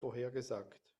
vorhergesagt